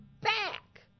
back